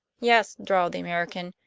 yes, drawled the american.